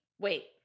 wait